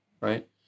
right